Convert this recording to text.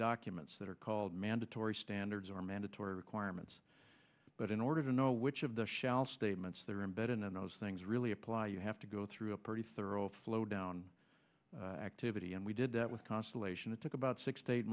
documents that are called mandatory standards or mandatory requirements but in order to know which of the shall statements that are embedded in those things really apply you have to go through a pretty thorough flow down activity and we did that with constellation it took about six